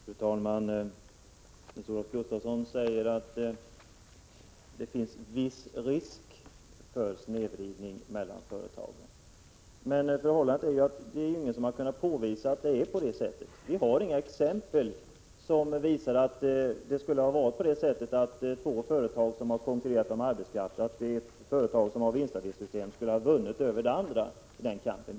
Fru talman! Nils-Olof Gustafsson säger att det finns ”viss risk” för snedvridning mellan företagen. Ingen har emellertid kunnat påvisa att det är på det sättet. Det finns inte några exempel som visar att om två företag har konkurrerat om arbetskraften, så har det företag som tillämpar vinstandelssystem vunnit över det andra i den kampen.